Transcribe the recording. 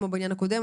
כמו בעניין הקודם,